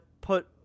put